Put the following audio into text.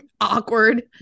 Awkward